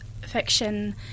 fiction